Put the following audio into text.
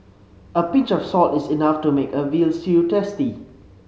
a pinch of salt is enough to make a veal stew tasty